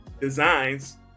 designs